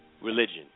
Religion